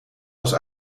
was